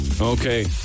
Okay